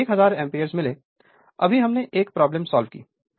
हमें 1000 एम्पीयर मिले अभी हमने 1 प्रॉब्लम सॉल्व की